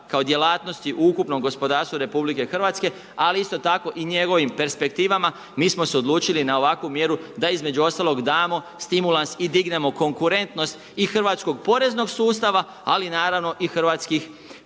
kao djelatnosti u ukupnom gospodarstvu RH, ali isto tako i njegovim perspektivama, mi smo se odlučili na ovakvu mjeru da između ostalog damo stimulans i dignemo konkurentnost i hrvatskog poreznog sustava, ali naravno i hrvatskih